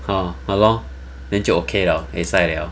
hor !hannor! then 就 okay 了 ay sai 了